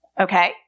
Okay